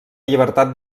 llibertat